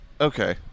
Okay